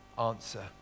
answer